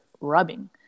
rubbing